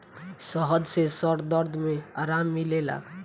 शहद से सर दर्द में आराम मिलेला